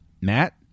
Matt